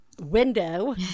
window